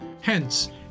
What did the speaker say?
Hence